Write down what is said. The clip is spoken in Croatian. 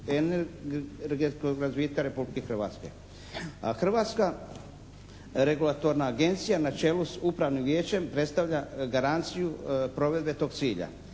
energetskog razvitka Republike Hrvatske. A Hrvatska regulatorna agencija na čelu s upravnim vijećem predstavlja garanciju provedbe tog cilja.